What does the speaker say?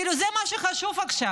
כאילו זה מה שחשוב עכשיו.